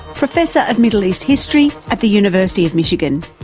professor of middle east history at the university of michigan.